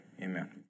amen